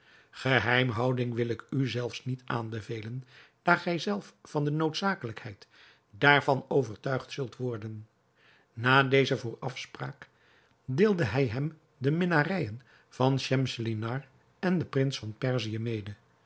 geheimhouding wil ik u zelfs niet aanbevelen daar gij zelf van de noodzakelijkheid daarvan overtuigd zult worden na deze voorafspraak deelde hij hem de minnarijen van schemselnihar en den prins van perzië mede